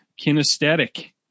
kinesthetic